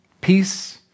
peace